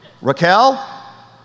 Raquel